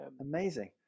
amazing